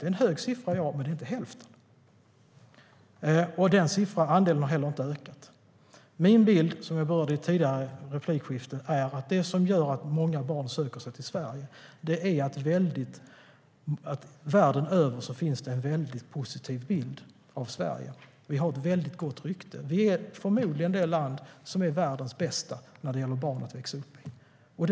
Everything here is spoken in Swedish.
Det är en hög siffra, men det är inte hälften. Andelen har heller inte ökat. Min bild, som jag berörde i ett tidigare inlägg, är att det som gör att många barn söker sig till Sverige är att det världen över finns en väldigt positiv bild av Sverige. Vi har väldigt gott rykte. Vi är förmodligen det land som är världens bästa för barn att växa upp i.